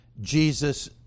Jesus